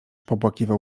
popłakiwał